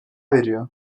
veriyor